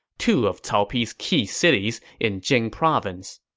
two of cao pi's key cities in jing province.